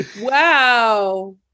wow